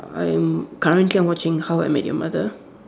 I'm currently I'm watching how I met your mother